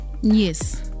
Yes